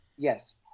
Yes